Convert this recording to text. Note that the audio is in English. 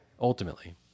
Ultimately